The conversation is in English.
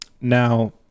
Now